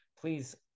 please